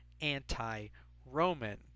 anti-Roman